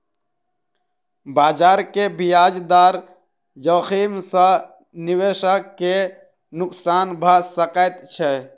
बजार के ब्याज दर जोखिम सॅ निवेशक के नुक्सान भ सकैत छै